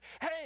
hey